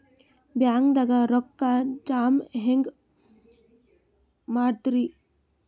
ಬ್ಯಾಂಕ್ದಾಗ ರೊಕ್ಕ ಜಮ ಹೆಂಗ್ ಮಾಡದ್ರಿ?